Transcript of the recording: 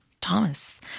Thomas